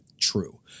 true